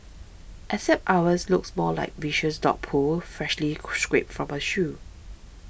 except ours looked more like viscous dog poop freshly scraped from a shoe